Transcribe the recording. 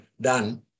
done